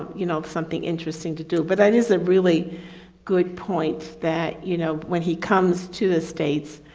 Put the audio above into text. you know, something interesting to do but that is a really good point that you know, when he comes to the states,